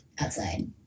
Outside